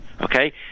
Okay